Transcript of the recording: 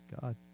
God